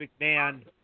McMahon